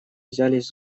взялись